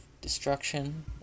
destruction